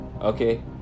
okay